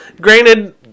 Granted